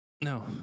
no